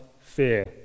fear